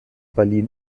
berlin